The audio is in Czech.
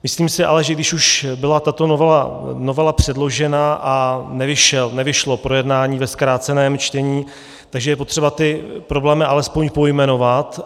Myslím si ale, že když už byla tato novela předložena a nevyšlo projednání ve zkráceném čtení, tak je potřeba ty problémy alespoň pojmenovat.